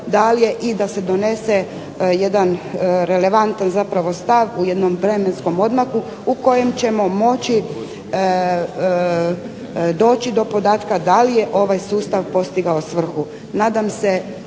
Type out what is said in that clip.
i da se donese jedan relevantan zapravo stav u jednom vremenskom odmaku u kojem ćemo moći doći do podatka da li je ovaj sustav postigao svrhu. Nadam se